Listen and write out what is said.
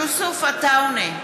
יוסף עטאונה,